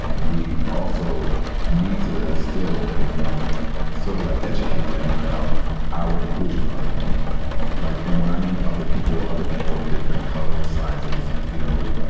and we also need to still and sort of like educate them about our inclusion with other people. like and when i mean, other people, other people of different colors, sizes, you know,